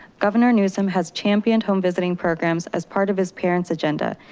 governor newsom has championed home visiting programs as part of his parents agenda,